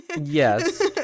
Yes